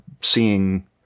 seeing